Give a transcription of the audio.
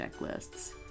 Checklists